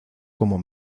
como